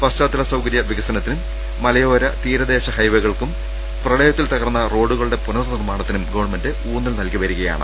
പശ്ചാത്തല സൌകര്യ വികസനത്തിനും മലയോര തീരദേശ ഹൈവേകൾക്കും പ്രളയത്തിൽ തകർന്ന റോഡുകളുടെ പുനർനിർമ്മാണത്തിനും ഗവൺമെന്റ് ഊന്നൽ നൽകി വരികയാണ്